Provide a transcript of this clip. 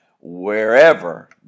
wherever